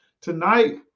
tonight